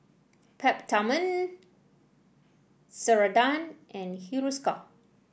Peptamen Ceradan and Hiruscar